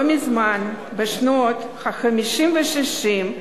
לא מזמן, בשנות ה-50 וה-60,